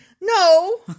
No